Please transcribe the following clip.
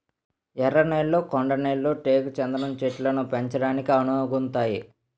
ఎర్ర నేళ్లు కొండ నేళ్లు టేకు చందనం చెట్లను పెంచడానికి అనువుగుంతాయి